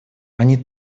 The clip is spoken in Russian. они